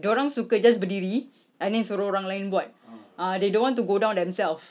dia orang suka just berdiri and then suruh orang lain buat they don't want to go down themselves